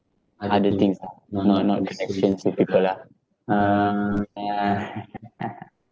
other things ah not not connections with people ah uh yeah